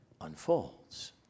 unfolds